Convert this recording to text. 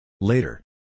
Later